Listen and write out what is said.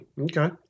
Okay